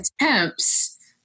attempts